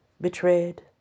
Betrayed